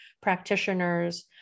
practitioners